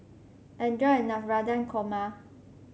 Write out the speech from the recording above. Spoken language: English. enjoy your Navratan Korma